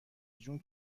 جون